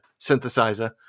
synthesizer